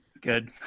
Good